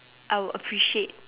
I would appreciate